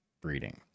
breeding